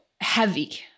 heavy